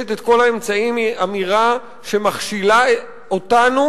מקדשת את כל האמצעים היא אמירה שמכשילה אותנו,